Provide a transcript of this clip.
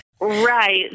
Right